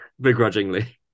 begrudgingly